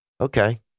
okay